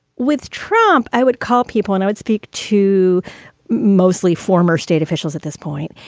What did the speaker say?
with trump? i would call people and i would speak to mostly former state officials at this point.